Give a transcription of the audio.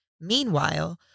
Meanwhile